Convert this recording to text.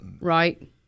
Right